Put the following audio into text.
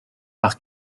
par